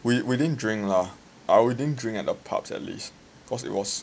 we we didn't drink lah or we didn't drink at the pubs at least cause it was